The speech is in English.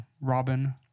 Robin